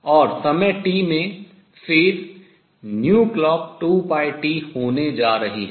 और समय t में phase कला clock2πt होने जा रही है